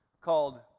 called